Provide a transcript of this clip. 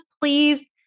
please